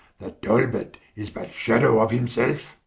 that talbot is but shadow of himselfe?